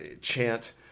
chant